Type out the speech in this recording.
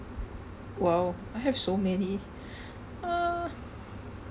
!wow! I have so many ah